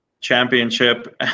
championship